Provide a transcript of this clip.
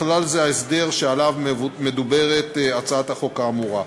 בכלל זה ההסדר שעליו מדברת הצעת החוק האמורה.